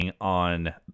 on